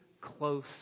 close